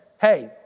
hey